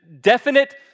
definite